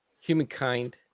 Humankind